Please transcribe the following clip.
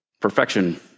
perfection